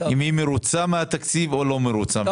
אם היא מרוצה מהתקציב או לא מרוצה מהתקציב.